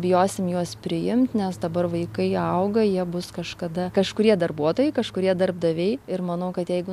bijosim juos priimt nes dabar vaikai auga jie bus kažkada kažkurie darbuotojai kažkurie darbdaviai ir manau kad jeigu